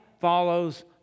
follows